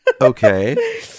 Okay